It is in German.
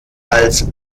als